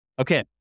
Okay